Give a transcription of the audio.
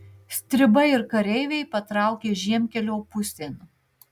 stribai ir kareiviai patraukė žiemkelio pusėn